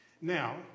Now